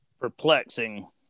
perplexing